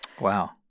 Wow